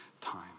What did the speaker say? time